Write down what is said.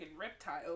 reptile